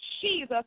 Jesus